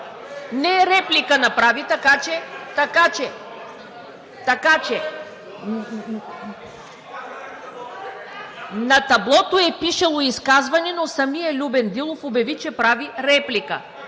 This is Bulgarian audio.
Не, реплика направи, така че... (Шум и реплики.) На таблото е пишело „изказване“, но самият Любен Дилов обяви, че прави реплика.